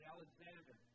Alexander